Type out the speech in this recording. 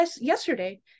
yesterday